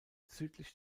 südlich